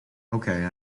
okay